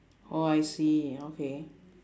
oh I see okay